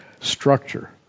structure